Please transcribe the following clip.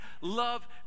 love